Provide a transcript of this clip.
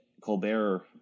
Colbert